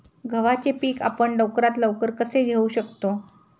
गव्हाचे पीक आपण लवकरात लवकर कसे घेऊ शकतो?